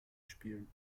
spielen